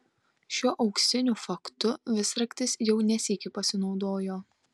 šiuo auksiniu faktu visraktis jau ne sykį pasinaudojo